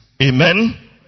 Amen